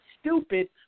stupid